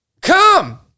come